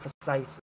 precise